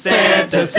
Santa